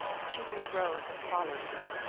the chenoo rose and followed her.